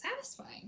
satisfying